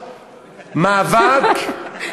מאבק,